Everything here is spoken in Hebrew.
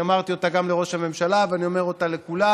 אני אמרתי אותה גם לראש הממשלה ואני אומר אותה לכולם: